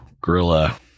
gorilla